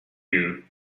you